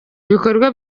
ibikorwa